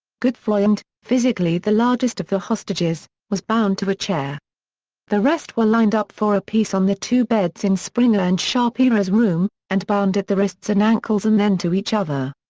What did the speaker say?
gutfreund, physically the largest of the hostages, was bound to a chair the rest were lined up four apiece on the two beds in springer and shapira's room, and bound at the wrists and ankles and then to each other.